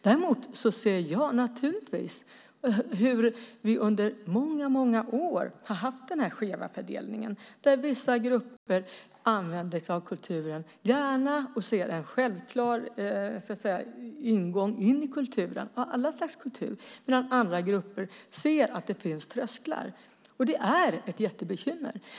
Däremot ser jag naturligtvis hur vi under många år har haft denna skeva fördelning där vissa grupper gärna använder sig av kulturen och ser en självklar ingång i all slags kultur, medan andra grupper ser att det finns trösklar. Det är ett jättebekymmer.